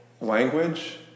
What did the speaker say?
language